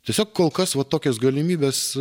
tiesiog kol kas va tokios galimybės